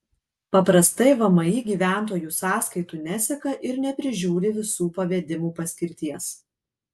paprastai vmi gyventojų sąskaitų neseka ir neprižiūri visų pavedimų paskirties